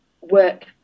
work